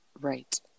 right